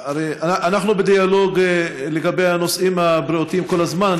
אנחנו בדיאלוג לגבי הנושאים הבריאותיים כל הזמן.